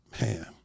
man